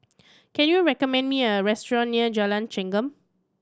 can you recommend me a restaurant near Jalan Chengam